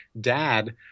dad